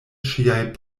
ŝiaj